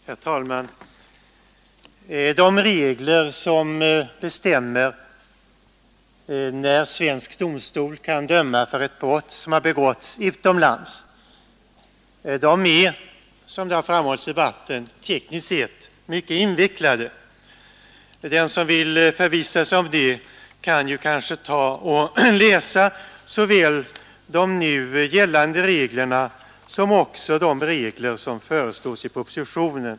Herr talman! De regler som bestämmer när svensk domstol kan döma för brott som har begåtts utomlands är, som har framhållits i debatten, tekniskt sett mycket invecklade. Den som vill förvissa sig om det kan läsa såväl de nu gällande reglerna som de regler som föreslås i propositionen.